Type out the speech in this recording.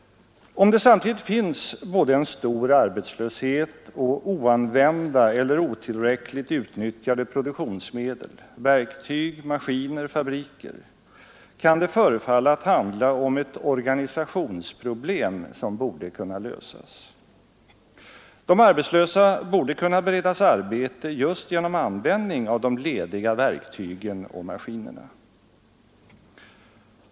Om det samtidigt finns både en stor arbetslöshet och oanvända eller otillräckligt utnyttjade produktionsmedel — verktyg, maskiner, fabriker kan det förefalla att handla om ett organisationsproblem som borde kunna lösas. De arbetslösa borde kunna beredas arbete just genom användning av de lediga verktygen och maskinerna.